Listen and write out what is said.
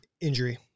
injury